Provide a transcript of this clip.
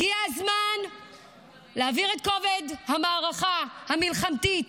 הגיע הזמן להעביר את כובד המערכה המלחמתית